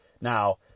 Now